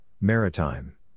Maritime